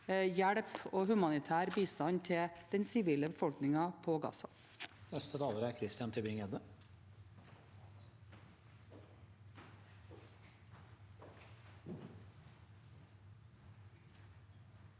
hjelp og humanitær bistand til den sivile befolkningen i Gaza.